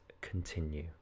continue